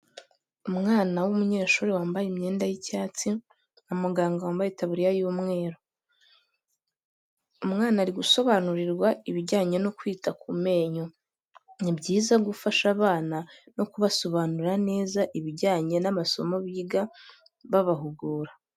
Umwana w'umunyeshuri wambaye imyenda y'icyatsi, umuganga wambaye itaburiya y'umweru, umwana ari gusobanurirwa ibijyanye no kwita ku menyo, ni byiza gufasha abana no kubasobanurira neza ibijyanye n'amasomo biga babahugura.